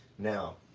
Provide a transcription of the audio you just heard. now,